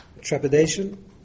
trepidation